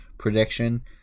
prediction